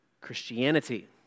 Christianity